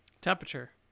temperature